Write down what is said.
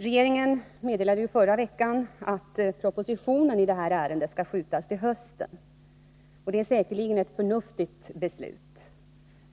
Regeringen meddelade i förra veckan att propositionen i detta ärende skall uppskjutas till hösten. Det är säkerligen ett förnuftigt beslut.